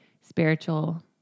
spiritual